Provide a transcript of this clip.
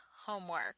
Homework